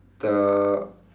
the